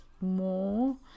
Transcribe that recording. more